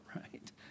right